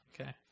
Okay